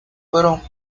fueron